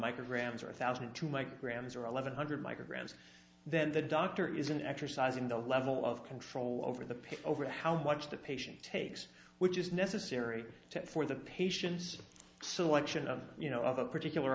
micrograms or a thousand and two micrograms or eleven hundred micrograms then the doctor is an exercise in the level of control over the pain over how much the patient takes which is necessary for the patients selection of you know of a particular